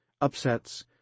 upsets